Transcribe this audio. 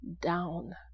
down